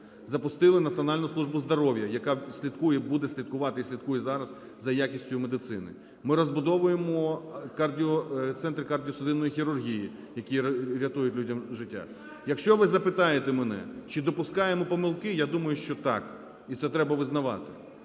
Запустили Національну службу здоров'я, яка слідкує, буде слідкувати і слідкує зараз за якістю медицини. Ми розбудовуємо Центр кардіосудинної хірургії, який рятує людям життя. Якщо ви запитаєте мене, чи допускаємо помилки, я думаю, що так, і це треба визнавати.